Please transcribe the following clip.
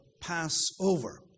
Passover